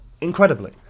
incredibly